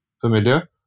familiar